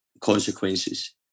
consequences